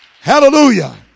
Hallelujah